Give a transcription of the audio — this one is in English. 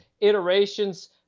iterations